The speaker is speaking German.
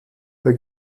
bei